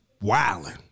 wilding